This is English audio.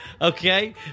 Okay